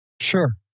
Sure